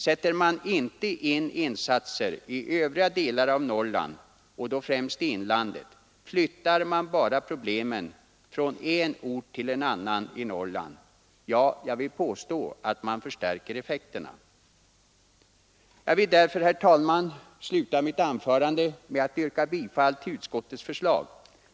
Sätter man inte in insatser i övriga delar av Norrland, och främst i inlandet, så flyttar man bara problemen från en ort till en annan i Norrland — ja, jag vill påstå att man förstärker effekterna. Jag vill därför, herr talman, sluta mitt anförande med att yrka bifall till utskottets förslag.